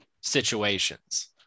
situations